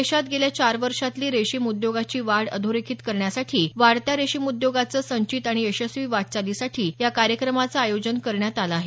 देशात गेल्या चार वर्षातली रेशीम उद्योगाची वाढ अधोरेखित करण्यासाठी वाढत्या रेशीमउद्योगाचं संचित आणि यशस्वी वाटचालीसाठी या कार्यक्रमाचं आयोजन करण्यात आलं आहे